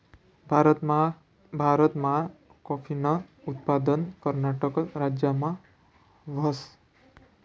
भारतमा काॅफीनं उत्पादन कर्नाटक राज्यमा व्हस